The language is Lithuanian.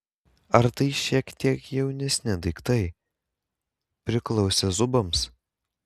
ar tai šiek tiek jaunesni daiktai priklausę zubams